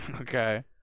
Okay